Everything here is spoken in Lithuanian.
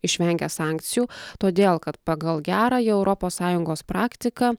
išvengia sankcijų todėl kad pagal gerąją europos sąjungos praktiką